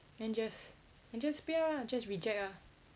then just just 不要啊 just reject ah